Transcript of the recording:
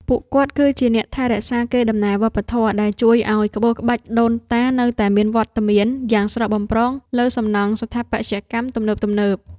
ពួកគាត់គឺជាអ្នកថែរក្សាកេរដំណែលវប្បធម៌ ដែលជួយឱ្យក្បូរក្បាច់ដូនតានៅតែមានវត្តមានយ៉ាងស្រស់បំព្រងលើសំណង់ស្ថាបត្យកម្មទំនើបៗ។